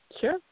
Sure